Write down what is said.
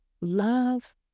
love